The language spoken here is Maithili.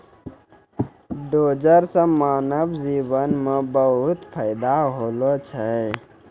डोजर सें मानव जीवन म बहुत फायदा होलो छै